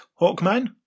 Hawkman